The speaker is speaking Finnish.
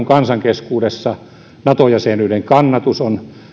kansan keskuudessa nato jäsenyyden kannatus on